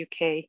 UK